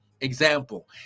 example